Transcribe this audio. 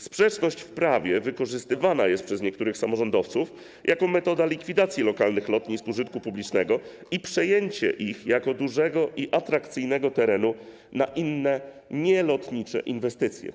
Sprzeczność w prawie wykorzystywana jest przez niektórych samorządowców jako metoda likwidacji lokalnych lotnisk użytku publicznego i przejęcia ich jako dużego i atrakcyjnego terenu na inne, nielotnicze inwestycje.